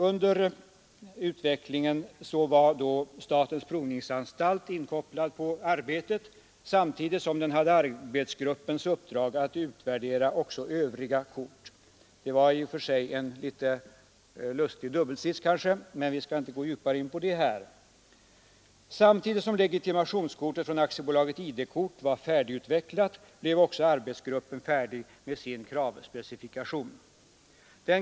Under utvecklingen var statens provningsanstalt inkopplad på arbetet samtidigt som den hade arbetsgruppens uppdrag att utvärdera också övriga kort. Det var i och för sig en litet lustig dubbelsits, men vi skall inte gå djupare in på detta här. Samtidigt som legitimationskortet från AB ID-kort var färdigutvecklat blev också arbetsgruppen färdig med sin kravspecifikation.